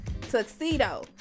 Tuxedo